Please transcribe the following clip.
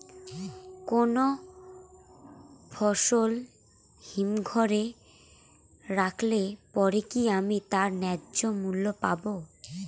কোনো ফসল হিমঘর এ রাখলে পরে কি আমি তার ন্যায্য মূল্য পাব?